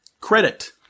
Credit